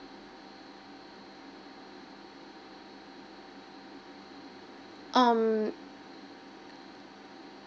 um